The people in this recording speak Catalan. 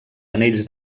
anells